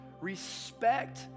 respect